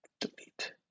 Delete